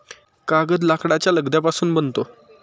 कागद लाकडाच्या लगद्यापासून बनतो